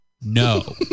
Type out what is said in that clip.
no